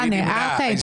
מי נמנע?